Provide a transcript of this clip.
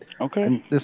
Okay